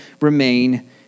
remain